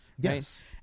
Yes